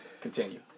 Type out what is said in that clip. continue